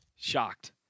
Shocked